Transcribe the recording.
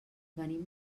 venim